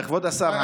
כבוד השר,